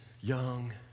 young